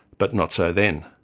but not so then.